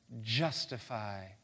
justify